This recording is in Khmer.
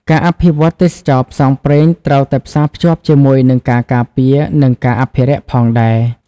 ការអភិវឌ្ឍទេសចរណ៍ផ្សងព្រេងត្រូវតែផ្សារភ្ជាប់ជាមួយនឹងការការពារនិងការអភិរក្សផងដែរ។